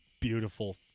Beautiful